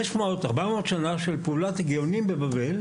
400-500 שנים של פעולת --- בבבל,